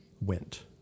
went